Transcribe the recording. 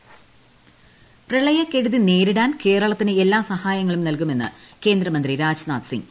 രാജ്നാഥ് സിംഗ് പ്രളയക്കെടുതി നേരിടാ്ൻ കേരളത്തിന് എല്ലാ സഹായങ്ങളും നൽകുമെന്ന് കേന്ദ്രമന്ത്രി രാജ്നാഥ് സിംഗ്